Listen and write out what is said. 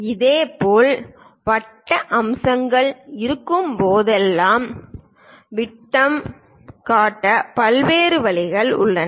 இதேபோல் வட்ட அம்சங்கள் இருக்கும் போதெல்லாம் விட்டம் காட்ட பல்வேறு வழிகள் உள்ளன